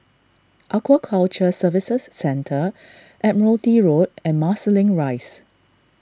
Aquaculture Services Centre Admiralty Road and Marsiling Rise